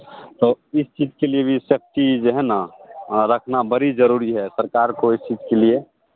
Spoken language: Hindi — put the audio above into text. तो इस चीज के लिए भी सख्ती जो है ना रखना बड़ी जरूरी है तो सरकार को इस चीज़ के लिए